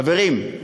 חברים,